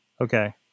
Okay